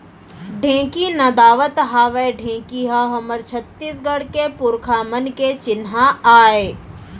ढेंकी नदावत हावय ढेंकी ह हमर छत्तीसगढ़ के पुरखा मन के चिन्हा आय